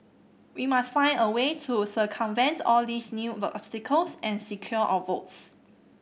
we must find a way to circumvent all these new obstacles and secure our votes